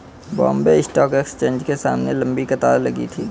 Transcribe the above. Bombay stock exchange के सामने लंबी कतार लगी थी